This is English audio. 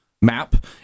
map